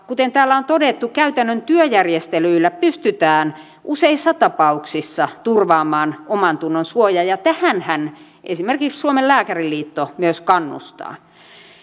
kuten täällä on todettu käytännön työjärjestelyillä pystytään useissa tapauksissa turvaamaan omantunnonsuoja ja tähänhän esimerkiksi suomen lääkäriliitto myös kannustaa